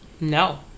No